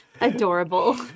adorable